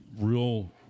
real